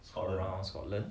around scotland